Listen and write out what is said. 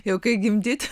jau kai gimdyt